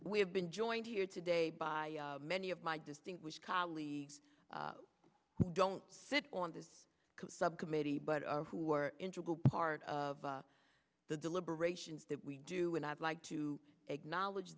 we have been joined here today by many of my distinguished colleagues who don't sit on this subcommittee but who are integral part of the deliberations that we do and i'd like to acknowledge